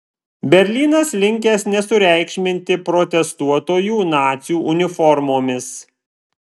berlynas linkęs nesureikšminti protestuotojų nacių uniformomis